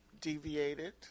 deviated